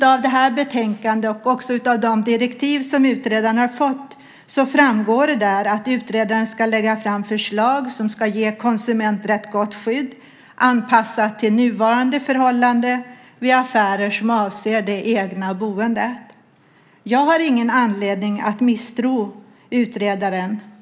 Av det här betänkandet och också av de direktiv som utredaren har fått framgår det att utredaren ska lägga fram förslag som ska ge konsumenter ett gott skydd anpassat till nuvarande förhållande vid affärer som avser det egna boendet. Jag har ingen anledning att misstro utredaren.